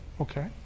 okay